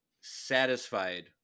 satisfied